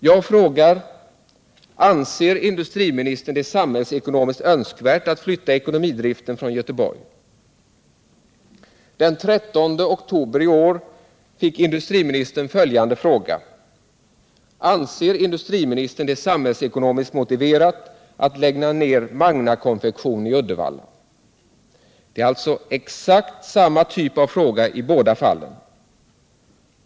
Jag frågar: Anser industriministern det samhällsekonomiskt önskvärt att flytta ekonomidriften från Göteborg? Den 13 oktober i år fick industriministern följande fråga: ”Anser industriministern det samhällsekonomiskt motiverat att lägga ner Magna Konfektion i Uddevalla?” Det är alltså exakt samma typ av fråga i båda fallen.